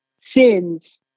sins